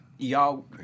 Y'all